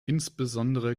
insbesondere